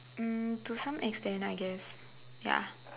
um to some extent I guess ya